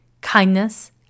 kindness